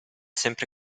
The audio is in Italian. sempre